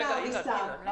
רגע, הילה.